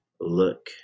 look